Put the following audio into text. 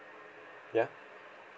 ya